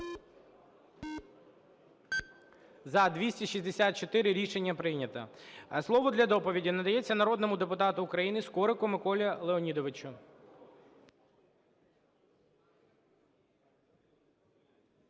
За-264 Рішення прийнято. Слово для доповіді надається народному депутату України Скорику Миколі Леонідовичу.